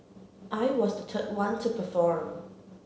I was the third one to perform